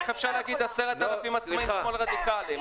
איך אפשר להגיד על 10,000 עצמאים שמאל רדיקלי?